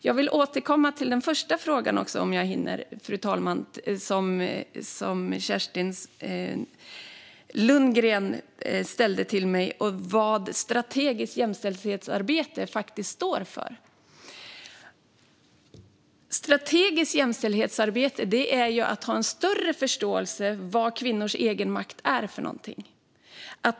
Jag vill återkomma till den första frågan Kerstin Lundgren ställde till mig: om vad strategiskt jämställdhetsarbete står för. Strategiskt jämställdhetsarbete innebär att ha en större förståelse för vad kvinnors egenmakt är.